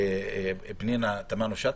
פנינה תמנו שאטה,